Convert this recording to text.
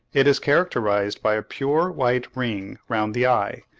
it is characterised by a pure white ring round the eye,